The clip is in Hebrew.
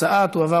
תועבר,